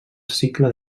cicle